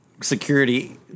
security